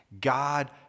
God